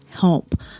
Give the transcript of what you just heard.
help